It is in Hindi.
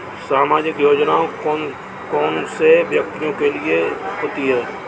सामाजिक योजना कौन से व्यक्तियों के लिए होती है?